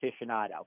aficionado